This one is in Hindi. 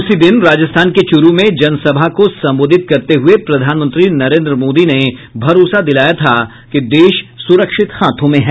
उसी दिन राजस्थान के चुरू में जनसभा को संबोधित करते हुए प्रधानमंत्री नरेन्द्र मोदी ने भरोसा दिलाया था कि देश सुरक्षित हाथों में है